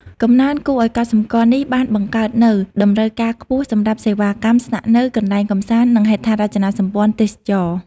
កំណើនគួរឲ្យកត់សម្គាល់នេះបានបង្កើតនូវ តម្រូវការខ្ពស់សម្រាប់ សេវាកម្មស្នាក់នៅ កន្លែងកម្សាន្ត និងហេដ្ឋារចនាសម្ព័ន្ធទេសចរណ៍។